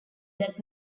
that